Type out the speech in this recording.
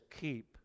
keep